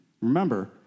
remember